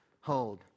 hold